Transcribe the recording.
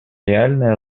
реальные